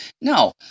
No